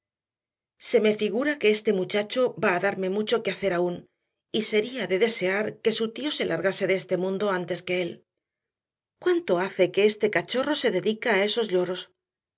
se me figura que este muchacho va a darme mucho que hacer aún y sería de desear que su tío se largase de este mundo antes que él cuánto hace que este cachorro se dedica a esos lloros